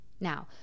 Now